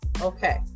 okay